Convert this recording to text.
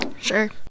Sure